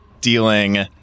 dealing